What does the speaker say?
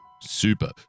Super